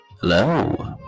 Hello